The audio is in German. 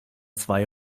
zwei